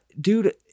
dude